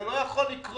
זה לא יכול לקרות.